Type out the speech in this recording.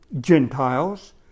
Gentiles